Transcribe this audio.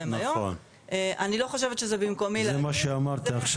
אני לא חושבת שזה במקומי להתייחס,